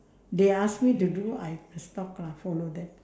they ask me to do I just talk lah follow them